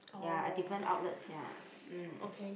ya at different outlets ya